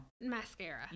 Mascara